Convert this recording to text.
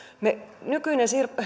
nykyinen